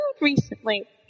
recently